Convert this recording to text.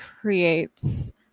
creates